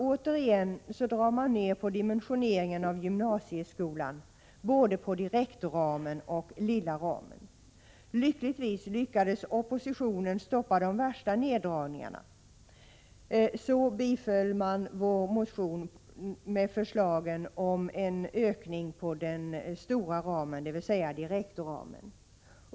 Återigen drar man ned på dimensioneringen av gymnasieskolan, både på direktramen och på lilla ramen. Lyckligtvis kunde oppositionen stoppa de värsta neddragningarna. Man biföll vår motion med förslagen om en ökning av den stora ramen, dvs. direktramen.